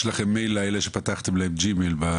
יש לכם מייל לאלה שפתחתם להם ג'ימייל.